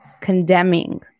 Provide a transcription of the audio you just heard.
condemning